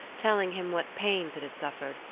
telling him what pains it had suffered,